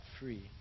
free